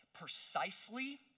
Precisely